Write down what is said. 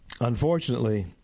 unfortunately